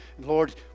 lord